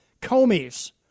Comey's